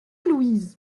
louise